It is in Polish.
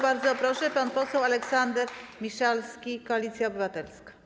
Bardzo proszę, pan poseł Aleksander Miszalski, Koalicja Obywatelska.